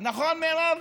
נכון, מירב?